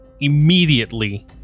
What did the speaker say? immediately